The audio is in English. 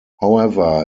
however